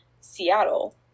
Seattle